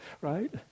right